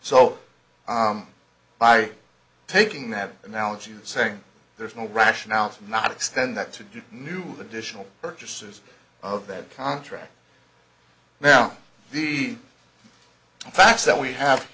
so by taking that analogy and saying there's no rationale for not extend that to do new additional purchases of that contract now the fact that we have